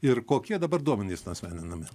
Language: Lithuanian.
ir kokie dabar duomenys nuasmeninami